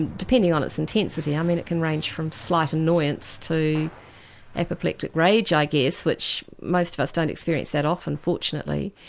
depending on its intensity, ah it can range from slight annoyance to apoplectic rage, i guess, which most of us don't experience that often, fortunately,